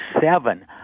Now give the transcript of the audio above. seven